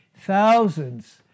thousands